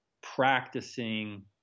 practicing